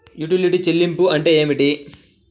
యుటిలిటీల చెల్లింపు అంటే ఏమిటి?